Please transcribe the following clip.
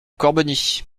corbeny